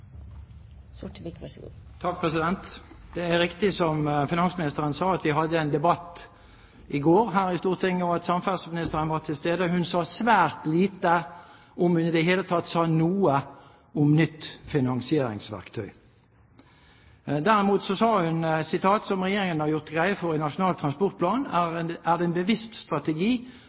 at samferdselsministeren var til stede. Hun sa svært lite – om hun i det hele tatt sa noe – om nytt finansieringsverktøy. Derimot sa hun: «Som Regjeringa har gjort greie for i Nasjonal transportplan , er dette ein bevisst strategi